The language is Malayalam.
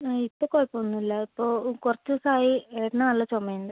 അ ഇപ്പോൾ കുഴപ്പൊന്നും ഇല്ല ഇപ്പോൾ കുറച്ച് ദിവസായി ഏട്ടന് നല്ല ചുമ ഉണ്ട്